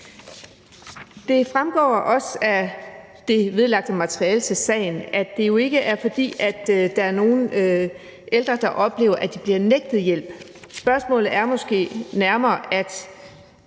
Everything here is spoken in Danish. Det fremgår også af det vedlagte materiale til sagen, at det ikke er, fordi der er nogle ældre, der oplever, at de bliver nægtet hjælp. Spørgsmålet er måske nærmere, om